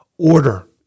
order